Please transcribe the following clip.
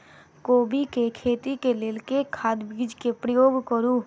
कोबी केँ खेती केँ लेल केँ खाद, बीज केँ प्रयोग करू?